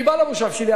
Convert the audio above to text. אני בא למושב שלי,